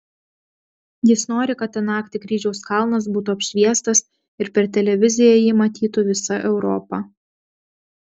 jis nori kad tą naktį kryžiaus kalnas būtų apšviestas ir per televiziją jį matytų visa europa